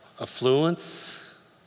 affluence